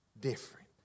different